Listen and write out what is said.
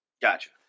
Gotcha